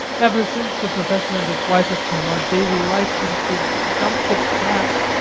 ever since the professor and his wife have come, our daily life seems to have jumped the track.